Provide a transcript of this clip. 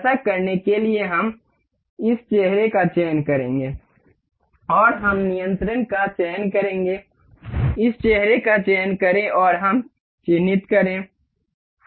ऐसा करने के लिए हम इस चेहरे का चयन करेंगे और हम नियंत्रण का चयन करेंगे इस चेहरे का चयन करें और हम चिह्नित करेंगे